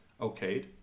okayed